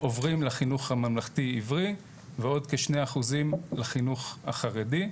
עוברים לחינוך הממלכתי עברי ועוד כ-2% לחינוך החרדי.